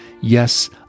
yes